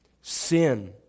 Sin